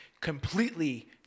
completely